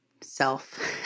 self